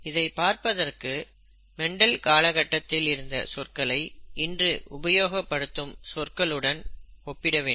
இதை பார்ப்பதற்கு மெண்டல் காலகட்டத்தில் இருந்த சொற்களை இன்று உபயோகப்படுத்தும் இவர்களுடன் ஒப்பிட வேண்டும்